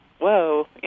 whoa